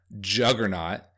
juggernaut